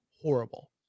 horrible